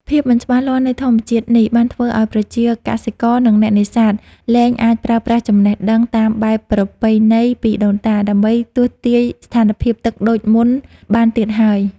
ភាពមិនច្បាស់លាស់នៃធម្មជាតិនេះ បានធ្វើឱ្យប្រជាកសិករ និងអ្នកនេសាទ លែងអាចប្រើប្រាស់ចំណេះដឹងតាមបែបប្រពៃណីពីដូនតា ដើម្បីទស្សន៍ទាយស្ថានភាពទឹកដូចមុនបានទៀតហើយ។